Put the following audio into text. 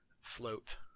float